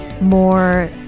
more